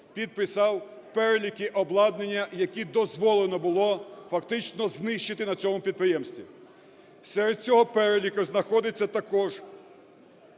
підписав переліки обладнання, які дозволено було фактично знищити на цьому підприємстві. Серед цього переліку знаходиться також